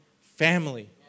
family